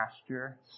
pasture